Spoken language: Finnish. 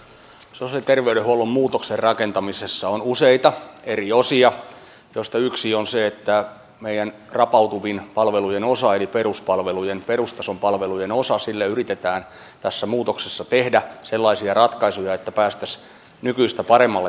sosiaali ja terveydenhuollon muutoksen rakentamisessa on useita eri osia joista yksi on se että meidän rapautuvimmalle palvelujen osalle eli perustason palvelujen osalle yritetään tässä muutoksessa tehdä sellaisia ratkaisuja että päästäisiin nykyistä paremmalle tasolle